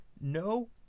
no